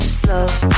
slow